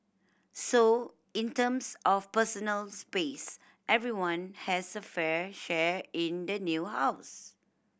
so in terms of personal space everyone has a fair share in the new house